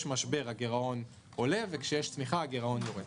משבר הגירעון עולה וכשיש צמיחה הגירעון יורד.